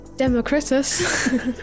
Democritus